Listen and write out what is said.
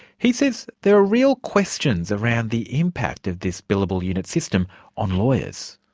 he says there are real questions around the impact of this billable unit system on lawyers.